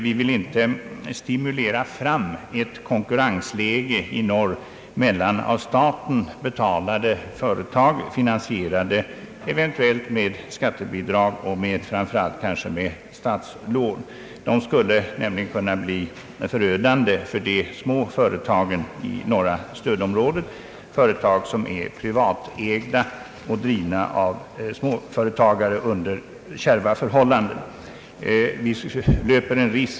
Vi vill inte genom att skapa eller utbygga av staten betalade företag, finansierade eventuellt med skattebidrag och framför allt kanske med statslån, i norr stimulera fram en konkurrens med det redan existerande näringslivet. Konkurrensen skulle nämligen kunna bli förödande för de små företagen i norra stödområdet, företag som är privatägda och drivna av småföretagare under kärva förhållanden.